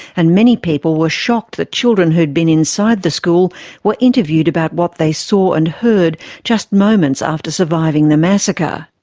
and many people were shocked that children who had been inside the school were interviewed about what they saw and heard just moments after surviving the massacre.